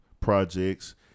projects